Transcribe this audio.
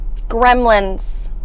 gremlins